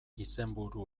izenburu